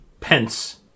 pence